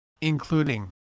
including